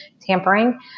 tampering